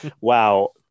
wow